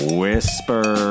whisper